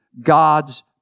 God's